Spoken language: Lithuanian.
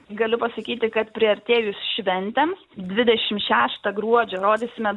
galiu pasakyti kad priartėjus šventėms dvidešim šeštą gruodžio rodysime